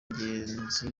nyangezi